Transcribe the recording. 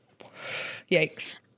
Yikes